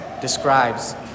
describes